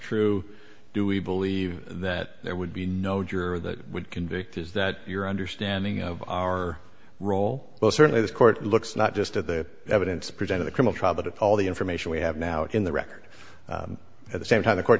true do we believe that there would be no juror that would convict is that your understanding of our role well certainly this court looks not just at the evidence presented a criminal trial but it's all the information we have now in the record at the same t